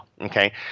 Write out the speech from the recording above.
Okay